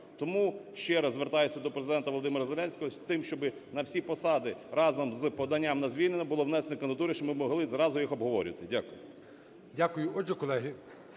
Тому ще раз звертаюся до Президента ВолодимираЗеленського з тим, щоб на всі посади разом з поданням на звільнення були внесені кандидатури, щоб ми могли зразу їх обговорювати. Дякую.